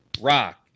Rock